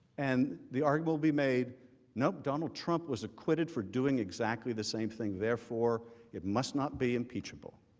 and the art will be made now donald trump was acquitted for doing exactly the same thing therefore it must not be impeachable